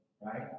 right